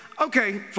okay